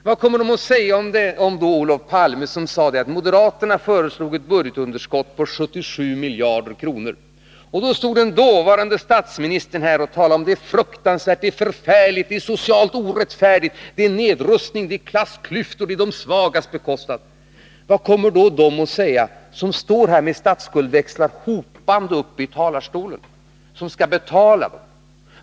Vad kommer man att säga om Olof Palme, som påstod att moderaterna föreslog ett budgetunderskott på 77 miljarder kronor? Man kommer att berätta om den dåvarande statsministern, som stod här och talade om det fruktansvärda, det förfärliga, det socialt orättfärdiga samt om nedrustning och klassklyftor på de svagas bekostnad. Vad kommer då de att säga som står här med statsskuldväxlar, som hopar sig i talarstolen — de som skall betala?